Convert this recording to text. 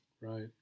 Right